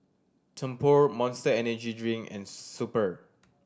Tempur Monster Energy Drink and Super